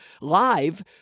live